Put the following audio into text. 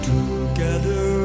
Together